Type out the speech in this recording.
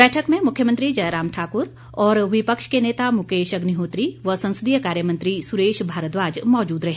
बैठक में मुख्यमंत्री जयराम ठाकुर और विपक्ष के नेता मुकेश अग्निहोत्री व संसदीय कार्यमंत्री सुरेश भारद्वाज मौजूद रहे